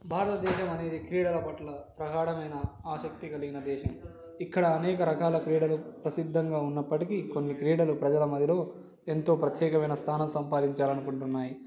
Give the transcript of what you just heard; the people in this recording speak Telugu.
భారతదేశం అనేది క్రీడల పట్ల ప్రగాఢమైన ఆసక్తి కలిగిన దేశం ఇక్కడ అనేక రకాల క్రీడలు ప్రసిద్ధంగా ఉన్నప్పటికి కొన్ని క్రీడలు ప్రజల మదిలో ఎంతో ప్రత్యేకమైన స్థానం సంపాదించాలి అనుకుంటున్నాయి